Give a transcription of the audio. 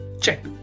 check